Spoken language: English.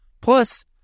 Plus